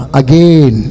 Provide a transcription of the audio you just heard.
again